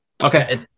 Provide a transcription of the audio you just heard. Okay